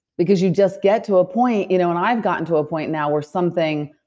because you just get to a point. you know and i've gotten to a point now where something,